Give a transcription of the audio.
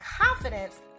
confidence